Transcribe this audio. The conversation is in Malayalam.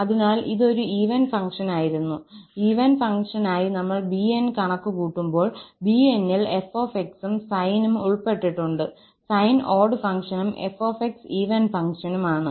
അതിനാൽ ഇത് ഒരു ഈവൻ ഫംഗ്ഷനായിരുന്നു ഈവൻ ഫംഗ്ഷനായി നമ്മൾ 𝑏𝑛 കണക്കുകൂട്ടുമ്പോൾ 𝑏𝑛 ൽ 𝑓𝑥 ഉം സൈൻ ഉം ഉൾപ്പെട്ടിട്ടുണ്ട് സൈൻ ഓഡ്ഡ് ഫംഗ്ഷനും 𝑓𝑥 ഈവൻ ഫംഗ്ഷനും ആണ്